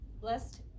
Blessed